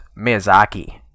Miyazaki